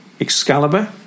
excalibur